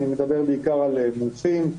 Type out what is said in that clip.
אני מדבר בעיקר על מומחים,